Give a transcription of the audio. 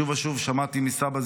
שוב ושוב שמעתי מסבא,